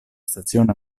stazione